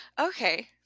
Okay